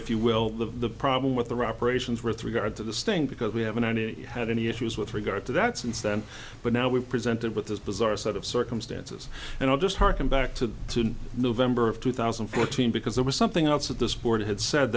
if you will the problem with the reparations with regard to this thing because we haven't had any issues with regard to that since then but now we're presented with this bizarre set of circumstances and i just hearken back to november of two thousand and fourteen because there was something else that this board had said